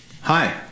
Hi